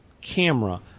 camera